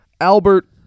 Albert